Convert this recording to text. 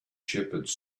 shepherds